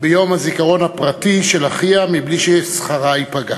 ביום הזיכרון הפרטי של אחיה בלי ששכרה ייפגע.